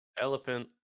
Elephant